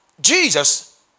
Jesus